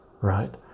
right